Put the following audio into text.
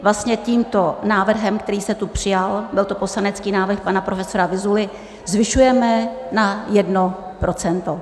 Vlastně tímto návrhem, který se tu přijal, byl to poslanecký návrh pana profesora Vyzuly, zvyšujeme na 1 %.